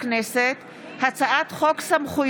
כי הונחה היום על שולחן הכנסת הצעת חוק סמכויות